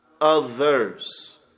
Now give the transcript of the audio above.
others